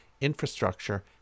infrastructure